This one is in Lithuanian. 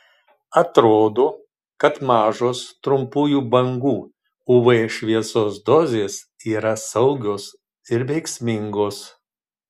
atrodo kad mažos trumpųjų bangų uv šviesos dozės yra saugios ir veiksmingos